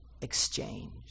exchange